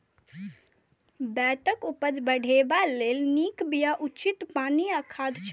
खेतक उपज बढ़ेबा लेल नीक बिया, उचित पानि आ खाद चाही